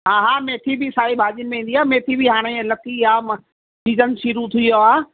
हा हा मैथी बि साई भाॼिनि में ईंदी आहे मैथी बि हाणे लथी आहे सीजन शुरू थी वियो आहे